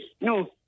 no